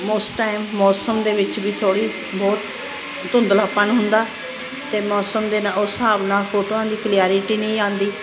ਉਸ ਟਾਈਮ ਮੌਸਮ ਦੇ ਵਿੱਚ ਵੀ ਥੋੜ੍ਹੀ ਬਹੁਤ ਧੁੰਦਲਾਪਨ ਹੁੰਦਾ ਅਤੇ ਮੌਸਮ ਦੇ ਨਾਲ ਉਸ ਹਿਸਾਬ ਨਾਲ ਫੋਟੋਆਂ ਦੀ ਕਲਿਐਰਟੀ ਨਹੀਂ ਆਉਂਦੀ